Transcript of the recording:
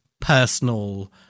personal